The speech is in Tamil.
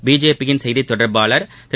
பிஜேபியின் செய்தி தொடா்பாளா் திரு